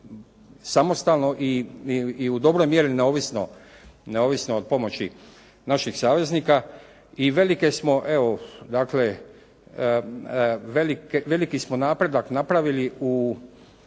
samostalno i u dobroj mjeri neovisno od pomoći naših saveznika i velike smo evo dakle, veliki